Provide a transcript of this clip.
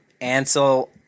Ansel